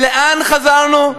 ולאן חזרנו?